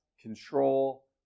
control